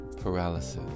paralysis